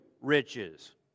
riches